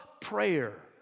prayer